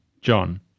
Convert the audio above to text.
John